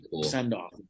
send-off